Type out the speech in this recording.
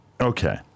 Okay